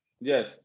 yes